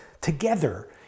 together